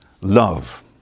love